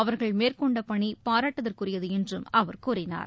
அவர்கள் மேற்கொண்ட பணி பாராாட்டுக்குரியது என்றும் அவர் கூறினார்